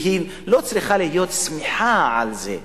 והיא לא צריכה להיות שמחה על זה.